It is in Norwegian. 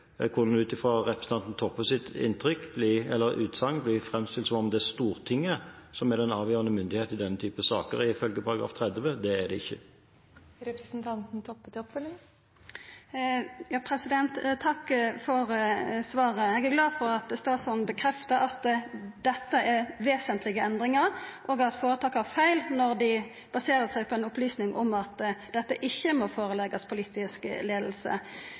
framstilt som om det er Stortinget som er den avgjørende myndighet i denne type saker, ifølge § 30. Det er det ikke. Takk for svaret. Eg er glad for at statsråden bekreftar at dette er vesentlege endringar, og at føretaket har feil når dei baserer seg på ei opplysning om at dette ikkje må føreleggjast politisk